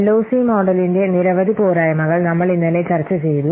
LOC മോഡലിന്റെ നിരവധി പോരായ്മകൾ നമ്മൾ ഇന്നലെ ചർച്ച ചെയ്തു